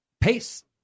pace